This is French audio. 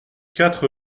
quatre